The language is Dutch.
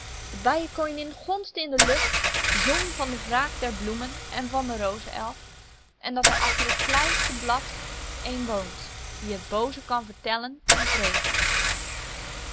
de bijenkoningin gonsde in de lucht zong van de wraak der bloemen en van den rozenelf en dat er achter het kleinste blad een woont die het booze kan vertellen en wreken